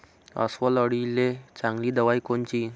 अस्वल अळीले चांगली दवाई कोनची?